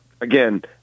again